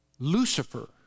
Lucifer